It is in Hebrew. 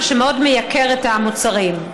מה שמאוד מייקר את המוצרים.